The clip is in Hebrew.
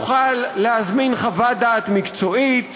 תוכל להזמין חוות דעת מקצועית,